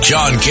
John